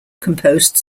composed